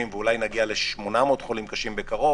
ואולי נגיע ל-800 חולים קשים בקרוב.